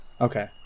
Okay